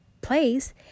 place